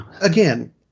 again